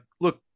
look